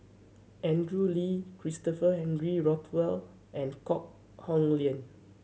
Andrew Lee Christopher Henry Rothwell and Kok Heng Leun